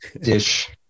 dish